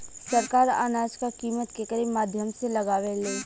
सरकार अनाज क कीमत केकरे माध्यम से लगावे ले?